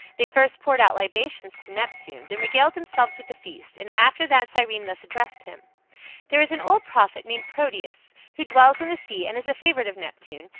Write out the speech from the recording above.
they first poured out libations to neptune, then regaled themselves with the feast, and after that cyrene thus addressed him there is an old prophet named proteus, who dwells in the sea and is a favorite of neptune,